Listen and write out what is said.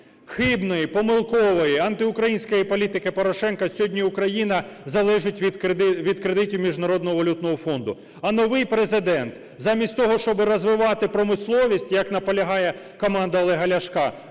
хибної, помилкової, антиукраїнської політики Порошенка сьогодні Україна залежить від кредитів Міжнародного валютного фонду. А новий Президент замість того, щоби розвивати промисловість, як наполягає команда Олега Ляшка,